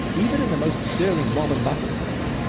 even in the most stirring mob and battle scenes.